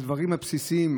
על דברים בסיסיים,